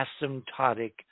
asymptotic